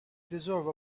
deserve